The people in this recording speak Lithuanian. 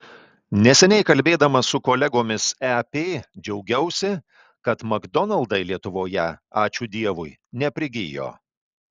neseniai kalbėdama su kolegomis ep džiaugiausi kad makdonaldai lietuvoje ačiū dievui neprigijo